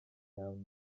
iawn